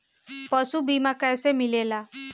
पशु बीमा कैसे मिलेला?